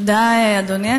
תודה, אדוני.